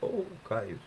o ką jūs